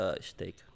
steak